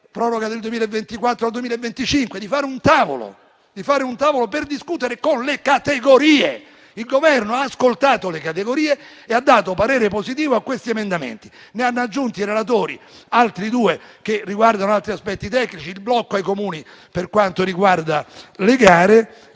proroga dal 2024 al 2025. Abbiamo chiesto di fare un tavolo per discutere con le categorie. Il Governo ha ascoltato le categorie e ha espresso parere positivo su questi emendamenti. I relatori ne hanno aggiunti altri due che riguardano altri aspetti tecnici: il blocco ai Comuni per quanto riguarda le gare